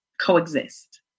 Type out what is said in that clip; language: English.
coexist